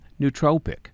nootropic